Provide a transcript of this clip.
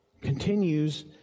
continues